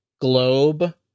globe